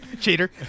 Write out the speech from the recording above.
Cheater